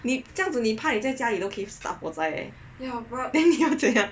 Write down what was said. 你这样子你怕你在家里都 start 火灾你要怎样